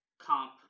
comp